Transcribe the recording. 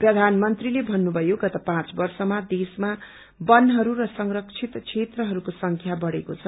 प्रधानमंत्रीले भन्नुभयो गत पाँच वर्षमा देशमा बनहरू र संरक्षित क्षेत्रहरूको संख्या बढ़ेको छ